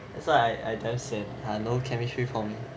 that's why I just said no chemistry for me